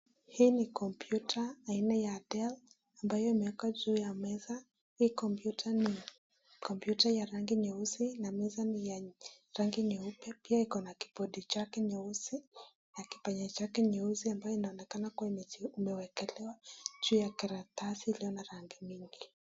Hii ni computer aina ya DELL, ambayo imeekwa juu ya meza, hii computer ni ya rangi nyeusi na meza ni ya rangi nyeupe ,pia iko na kiboard chake nyeusi na kipanya chake nyeusi inayoonekana imeekelewa juu ya karatasi ilio na rangi mingi.